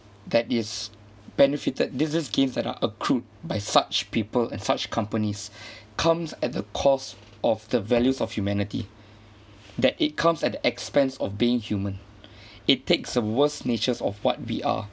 that is benefited these these games that are accrued by such people and such companies comes at the cost of the values of humanity that it comes at the expense of being human it takes the worst natures of what we are